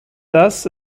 das